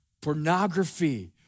pornography